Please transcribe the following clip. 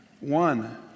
One